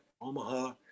Omaha